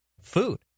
Food